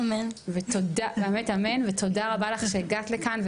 ותודה רבה לך שהגעת לכן.